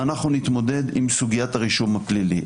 אנחנו נתמודד עם סוגיית הרישום הפלילי.